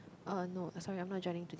uh no sorry I'm not joining today